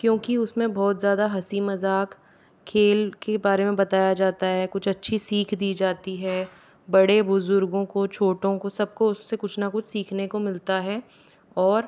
क्योंकि उसमे बहुत ज़्यादा हंसी मज़ाक खेल के बारे में बताया जाता है कुछ अच्छी सीख दी जाती है बड़े बुज़ुर्गों को छोटो को सबको उससे कुछ न कुछ सीखने को मिलता है और